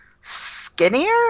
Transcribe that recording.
skinnier